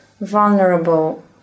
vulnerable